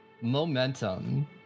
Momentum